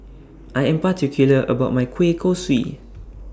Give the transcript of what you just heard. I Am particular about My Kueh Kosui